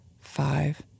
five